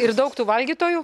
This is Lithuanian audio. ir daug tų valgytojų